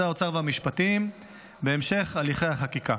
האוצר ומשרד המשפטים בהמשך הליכי החקיקה.